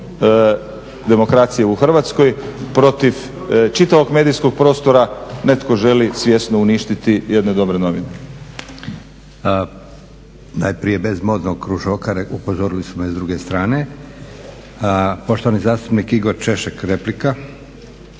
demokracije u Hrvatskoj, protiv čitavog medijskog prostora. Netko želi svjesno uništiti jedne dobre novine. **Leko, Josip (SDP)** Najprije bez …/Govornik se ne razumije./… upozorili su me iz druge strane. Poštovani zastupnik Igor Češek replika.